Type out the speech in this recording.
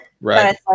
Right